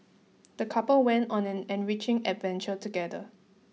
the couple went on an enriching adventure together